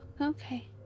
Okay